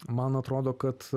man atrodo kad